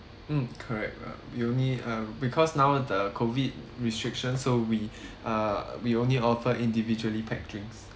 mm correct uh we only uh because now the COVID restrictions so we uh we only order individually packings